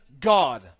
God